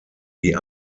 die